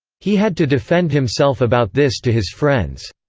he had to defend himself about this to his friends.